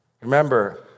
Remember